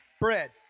bread